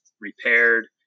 repaired